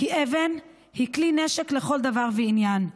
כי אבן היא כלי נשק לכל דבר ועניין.